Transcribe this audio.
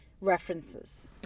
references